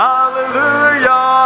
Hallelujah